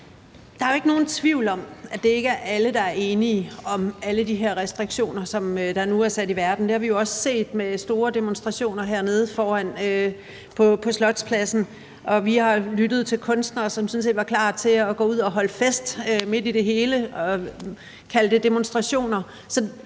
Der er jo ikke nogen tvivl om, at det ikke er alle, der er enige i alle de her restriktioner, der nu er sat i værk, og det har vi også set med store demonstrationer hernede foran på Slotspladsen, og vi har hørt om kunstnere, som sådan set var klar til at gå ud og holde fest midt i det hele og kalde det demonstrationer.